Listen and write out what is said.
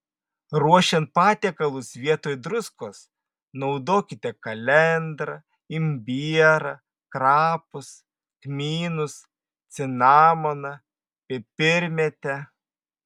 ruošiant patiekalus vietoj druskos naudokite kalendrą imbierą krapus kmynus cinamoną pipirmėtę